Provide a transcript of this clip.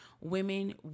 Women